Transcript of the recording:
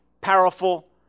powerful